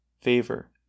favor